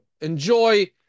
enjoy